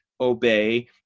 obey